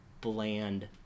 bland